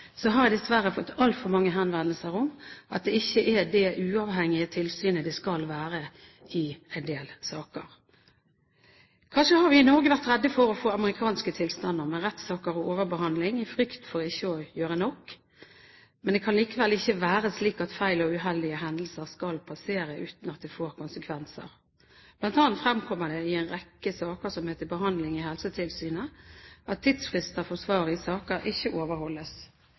har jeg dessverre fått altfor mange henvendelser om at det i en del saker ikke er det uavhengige tilsynet det skal være. Kanskje har vi i Norge vært redde for å få amerikanske tilstander med rettssaker og overbehandling av frykt for ikke å gjøre nok, men det kan likevel ikke være slik at feil og uheldige hendelser skal passere uten at det får konsekvenser. Blant annet fremkommer det i en rekke saker som er til behandling i Helsetilsynet, at tidsfrister for svar i saker ikke overholdes.